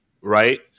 right